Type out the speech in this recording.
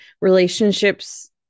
relationships